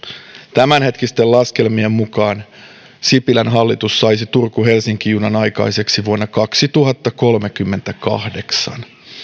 tämänhetkisten laskelmien mukaan sipilän hallitus saisi turku helsinki junan aikaiseksi vuonna kaksituhattakolmekymmentäkahdeksan